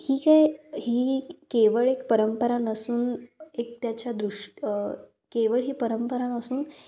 ही काय ही केवळ एक परंपरा नसून एक त्याच्या दृष्ट केवळ ही परंपरा नसून